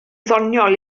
ddoniol